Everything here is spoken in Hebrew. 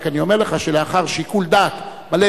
אני רק אומר לך שלאחר שיקול דעת מלא,